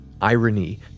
irony